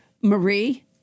Marie